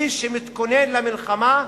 מי שמתכונן למלחמה,